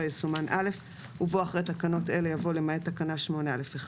יסומן א' ובו אחרי תקנות אלה יבוא "למעט תקנה 8/א'/1"